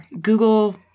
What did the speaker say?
Google